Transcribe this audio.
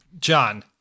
John